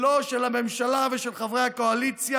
שלו, של הממשלה ושל חברי הקואליציה,